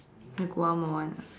the guamo one ah